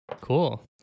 cool